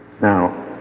now